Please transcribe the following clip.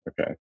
Okay